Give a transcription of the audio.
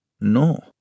No